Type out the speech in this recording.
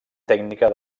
tècnica